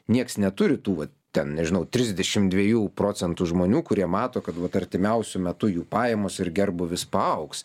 nieks neturi tų vat ten nežinau trisdešim dviejų procentų žmonių kurie mato kad vat artimiausiu metu jų pajamos ir gerbūvis paaugs